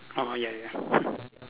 orh ya ya